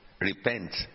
repent